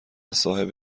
صاحب